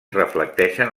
reflecteixen